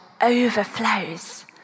overflows